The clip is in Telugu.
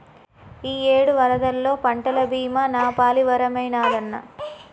ఇయ్యేడు వరదల్లో పంటల బీమా నాపాలి వరమైనాదన్నా